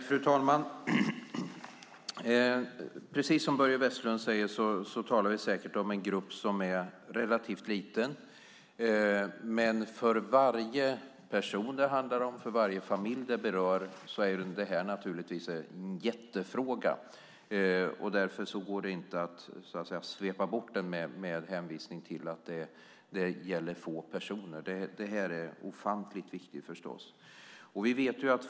Fru talman! Precis som Börje Vestlund säger talar vi säkert om en grupp som är relativt liten. Men för varje person och för varje familj det berör är detta naturligtvis en jättefråga. Därför går det inte att svepa bort den med hänvisning till att det gäller få personer. Det här är ofantligt viktigt.